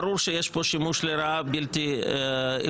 ברור שיש כאן שימוש לרעה בלתי אפשרי.